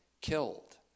Killed